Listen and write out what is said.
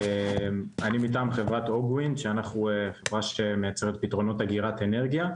אני מטעם חברת אוגווינד שאנחנו חברה שמייצרת פתרונות אגירת אנרגיה.